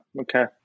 okay